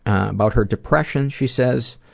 about her depression, she says,